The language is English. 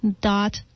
dot